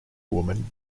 woman